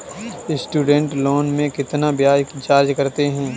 Student loan में कितना ब्याज चार्ज करते हैं?